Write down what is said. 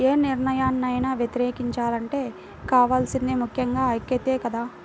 యే నిర్ణయాన్నైనా వ్యతిరేకించాలంటే కావాల్సింది ముక్కెంగా ఐక్యతే కదా